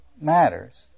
matters